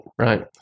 Right